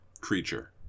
creature